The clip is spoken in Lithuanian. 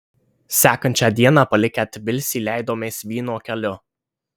sekančią dieną palikę tbilisį leidomės vyno keliu